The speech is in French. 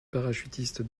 parachutiste